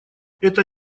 это